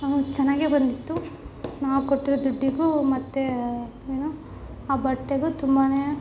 ಚೆನ್ನಾಗೇ ಬಂದಿತ್ತು ನಾವು ಕೊಟ್ಟಿರೊ ದುಡ್ಡಿಗೂ ಮತ್ತು ಏನು ಆ ಬಟ್ಟೆಗೂ ತುಂಬಾ